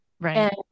Right